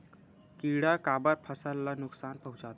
किड़ा काबर फसल ल नुकसान पहुचाथे?